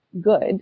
good